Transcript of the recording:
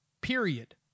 period